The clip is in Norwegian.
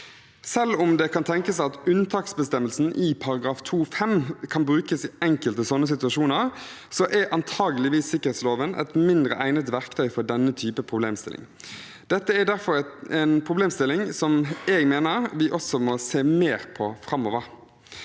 Selv om det kan tenkes at unntaksbestemmelsen i § 2-5 kan brukes i enkelte slike situasjoner, er antakelig sikkerhetsloven et mindre egnet verktøy for denne typen problemstilling. Dette er derfor en problemstilling jeg mener vi må se mer på framover.